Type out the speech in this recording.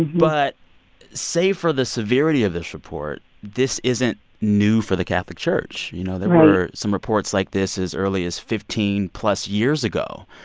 but save for the severity of this report, this isn't new for the catholic church right you know, there were some reports like this as early as fifteen plus years ago.